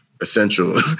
essential